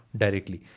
directly